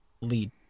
lead